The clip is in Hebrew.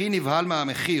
אחי נבהל מהמחיר,